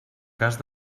cas